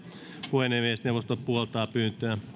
puhemiesneuvosto puoltaa pyyntöä